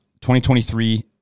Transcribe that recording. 2023